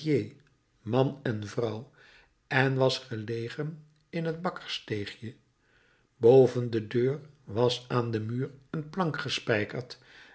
man en vrouw en was gelegen in het bakkerssteegje boven de deur was aan den muur een plank